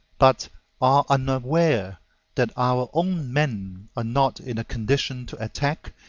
but are unaware that our own men are not in a condition to attack,